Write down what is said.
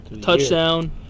touchdown